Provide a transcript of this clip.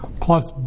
plus